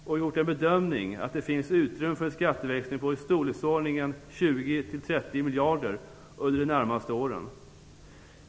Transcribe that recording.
Vi har gjort den bedömningen att det finns utrymme för en skatteväxling på ca 20-30 miljarder under de närmaste åren.